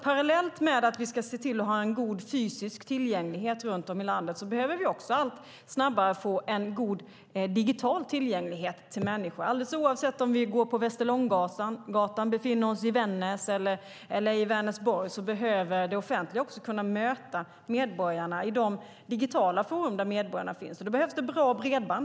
Parallellt med att vi ska se till att ha en god fysisk tillgänglighet runt om i landet behöver vi allt snabbare få en god digital tillgänglighet till människor. Alldeles oavsett om vi går på Västerlånggatan eller befinner oss i Vännäs eller Vänersborg behöver det offentliga kunna möta medborgarna i de digitala forum där medborgarna finns. Då behövs bra bredband.